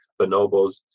bonobos